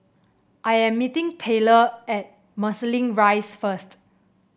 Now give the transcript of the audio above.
I am meeting Tayler at Marsiling Rise first